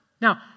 Now